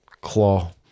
claw